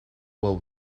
will